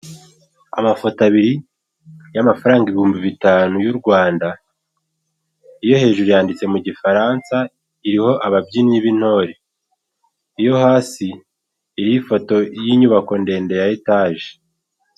Amafoto abiri y'amafaranga ibihumbi bitanu y'u Rwanda, iyo hejuru yanditse mu gifaransa iriho ababyinnyi b'intore, iyo hasi iriho ifoto y'inyubako ndende ya etaje.